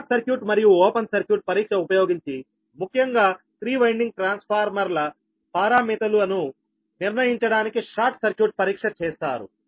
short circuit మరియు open circuit పరీక్ష ఉపయోగించి ముఖ్యంగా 3 వైండింగ్ ట్రాన్స్ఫార్మర్ల పారామితులను నిర్ణయించడానికి షార్ట్ సర్క్యూట్ పరీక్ష చేస్తారు